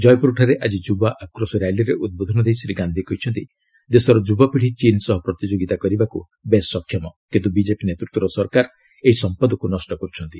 ଜୟପୁରଠାରେ ଆଜି ଯୁବା ଆକ୍ରୋଶ ର୍ୟାଲିରେ ଉଦ୍ବୋଧନ ଦେଇ ଶ୍ରୀ ଗାନ୍ଧି କହିଛନ୍ତି ଦେଶର ଯୁବପିଢ଼ି ଚୀନ୍ ସହ ପ୍ରତିଯୋଗୀତା କରିବାକୁ ବେଶ୍ ସକ୍ଷମ କିନ୍ତୁ ବିଜେପି ନେତୃତ୍ୱର ସରକାର ଏହି ସମ୍ପଦକୁ ନଷ୍ଟ କରୁଛନ୍ତି